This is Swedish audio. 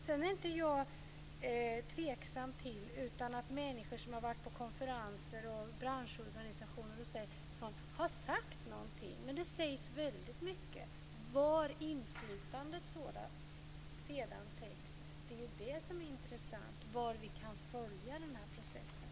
Jag är inte tveksam till att människor som har varit på konferenser, branschorganisationer och sådant har sagt någonting. Men det sägs väldigt mycket. Var inflytandet sedan läggs är det som är intressant, var vi kan följa den här processen.